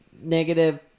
negative